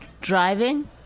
Driving